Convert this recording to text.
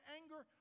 anger